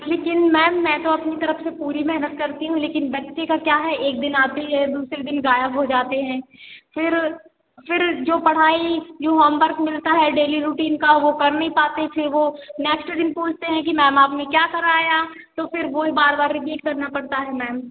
लेकिन मैम मैं तो अपनी तरफ से पूरी मेहनत करती हूँ लेकिन बच्चे का क्या है एक दिन आते है दूसरे दिन गायब हो जाते हैं फ़िर फ़िर जो पढ़ाई जो होमबर्क मिलता है डेली रूटीन का वह कर नहीं पाते फ़िर वह नेक्स्ट दिन पूछते हैं कि मैम आपने क्या कराया तो फ़िर वह ही बार बार रीपीट करना पड़ता है मैम